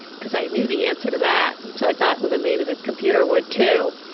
cause i knew the answer to that. so i thought, well then maybe the computer would too,